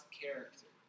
character